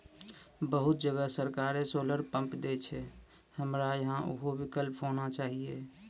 बहुत जगह सरकारे सोलर पम्प देय छैय, हमरा यहाँ उहो विकल्प होना चाहिए?